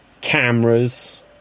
cameras